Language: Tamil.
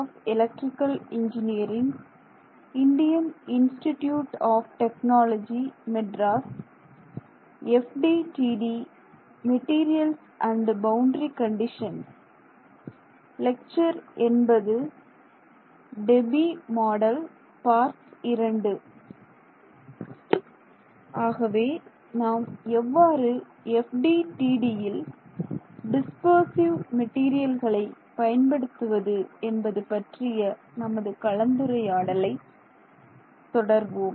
ஆகவே நாம் எவ்வாறு FDTDல் டிஸ்பர்சிவ் மெட்டீரியல்களை பயன்படுத்துவது என்பது பற்றிய நமது கலந்துரையாடலை தொடர்வோம்